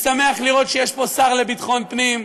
יש ג'ונגל.